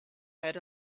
had